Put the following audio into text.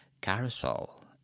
Carousel